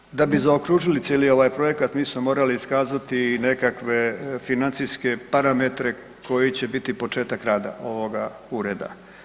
Dakle, da bi zaokružili cijeli ovaj projekat mi smo morali iskazati i nekakve financijske parametre koji će biti početak rada ovoga ureda.